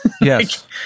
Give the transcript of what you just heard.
Yes